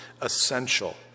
essential